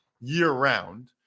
year-round